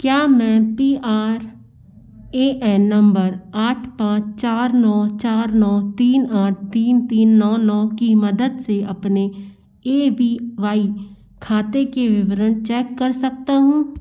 क्या मैं P R A N number आठ पाँच चार नौ तीन आठ तीन तीन नौ नौ की मदद से अपने ए पी वाई खाते के विवरण चेक कर सकता हूँ